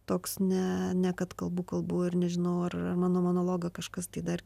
toks ne ne kad kalbu kalbu ir nežinau ar mano monologą kažkas tai dar